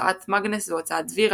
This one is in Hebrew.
הוצאת מאגנס והוצאת דביר,